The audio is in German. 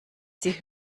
sie